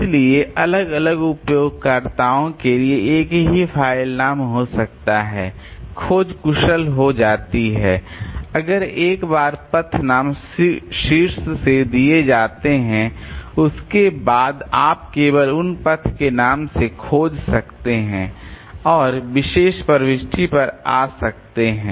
इसलिए अलग अलग उपयोगकर्ताओं के लिए एक ही फ़ाइल नाम हो सकता है खोज कुशल हो जाती है अगर एक बार पथ नाम शीर्ष से दे दिए जाते हैं उसके बाद आप केवल उन पथ के नाम से खोज सकते हैं और विशेष प्रविष्टि पर आ सकते हैं